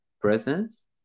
presence